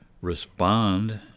respond